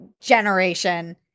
generation